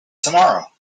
tomorrow